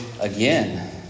again